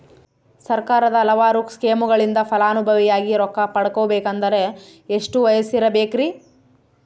ಸರ್ಕಾರದ ಹಲವಾರು ಸ್ಕೇಮುಗಳಿಂದ ಫಲಾನುಭವಿಯಾಗಿ ರೊಕ್ಕ ಪಡಕೊಬೇಕಂದರೆ ಎಷ್ಟು ವಯಸ್ಸಿರಬೇಕ್ರಿ?